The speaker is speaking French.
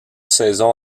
saison